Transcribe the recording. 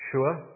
Sure